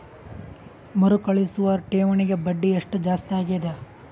ಮರುಕಳಿಸುವ ಠೇವಣಿಗೆ ಬಡ್ಡಿ ಎಷ್ಟ ಜಾಸ್ತಿ ಆಗೆದ?